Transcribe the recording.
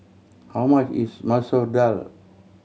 how much is Masoor Dal